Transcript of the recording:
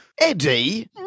Eddie